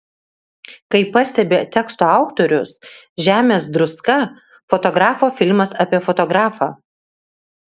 kaip pastebi teksto autorius žemės druska fotografo filmas apie fotografą